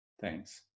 thanks